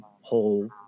whole